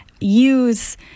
use